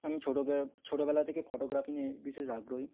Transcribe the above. আমি ছোট গ্রা ছোটবেলা থেকে ফটোগ্রাফি নিয়ে বিশেষ আগ্রহী